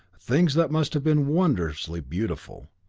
things that must have been wondrously beautiful,